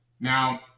Now